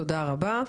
תודה רבה.